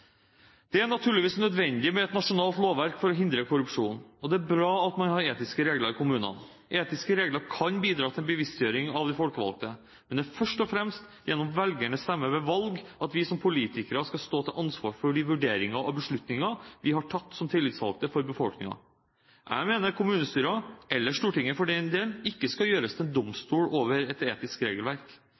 Det er naturligvis nødvendig med et nasjonalt lovverk for å hindre korrupsjon, og det er bra at man har etiske regler i kommunene. Etiske regler kan bidra til bevisstgjøring av de folkevalgte. Men det er først og fremst gjennom velgernes stemme ved valg vi som politikere skal stå til ansvar for de vurderinger og beslutninger vi har tatt som tillitsvalgte for befolkningen. Jeg mener kommunestyrer, eller Stortinget for den del, ikke skal gjøres til domstol over et etisk regelverk.